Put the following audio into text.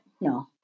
No